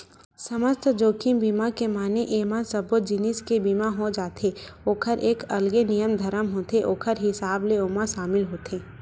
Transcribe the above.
समस्त जोखिम बीमा के माने एमा सब्बो जिनिस के बीमा हो जाथे ओखर एक अलगे नियम धरम होथे ओखर हिसाब ले ओमा सामिल होथे